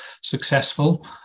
successful